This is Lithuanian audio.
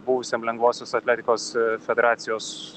buvusiam lengvosios atletikos federacijos